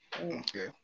Okay